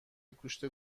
گوشت